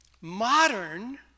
modern